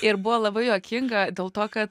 ir buvo labai juokinga dėl to kad